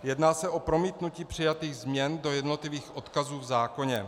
Jedná se o promítnutí přijatých změn do jednotlivých odkazů v zákoně.